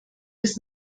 bis